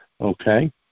okay